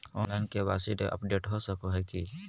Online KYC update हो सको है की?